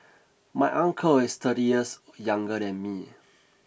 my uncle is thirty years younger than me